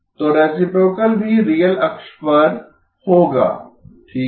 तो रेसिप्रोकल भी रियल अक्ष पर होगा ठीक है